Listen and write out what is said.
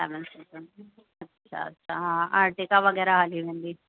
seven seater अच्छा अच्छा हा अर्टिका वग़ैरह हली वेंदी